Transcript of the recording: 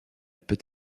peut